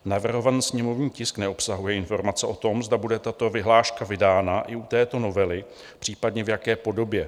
Navrhovaný sněmovní tisk neobsahuje informace o tom, zda bude tato vyhláška vydána i u této novely, případně v jaké podobě.